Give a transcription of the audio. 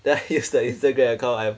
then I use the Instagram account I